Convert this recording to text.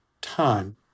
time